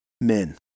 men